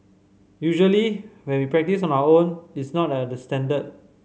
usually when we practise on our own it's not at this standard